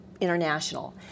international